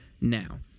now